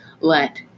let